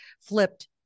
flipped